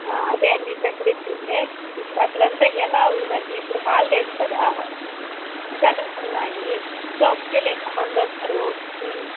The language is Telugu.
అదే అండీ సేకరట్రియే ఇప్పుడు అక్కడ అంతా ఎలా ఉందండి ఇప్పుడు హాలిడేస్ కదా సెలవలు ఉన్నాయి సో పిల్లలు ఎక్కువ మంది వస్తారు